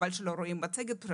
חבל שלא רואים את המצגת,